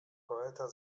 poeta